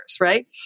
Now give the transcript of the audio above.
right